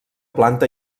planta